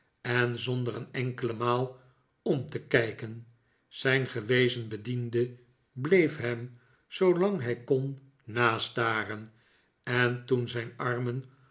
en zonder een enkele maal om te kijken zijn gewezen bediende bleef hem zoolang hij kon nastaren en toen zijn armen